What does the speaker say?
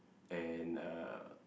and uh